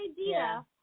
idea